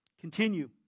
Continue